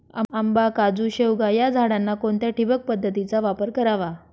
आंबा, काजू, शेवगा या झाडांना कोणत्या ठिबक पद्धतीचा वापर करावा?